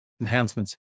enhancements